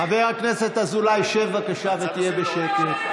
חבר הכנסת אזולאי, שב, בבקשה, ותהיה בשקט.